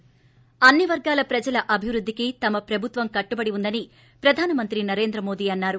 ముఖ్యాంశాలు ి అన్ని వర్గాల ప్రజల అభివృద్దికి తమ ప్రభుత్వం కట్టుబడి ఉందని ప్రధాన మంత్రి నరేంద్ర మోడీ అన్నారు